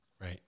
Right